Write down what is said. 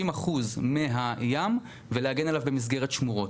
אחוז מהים ולהגן עליו במסגרת שמורות.